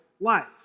life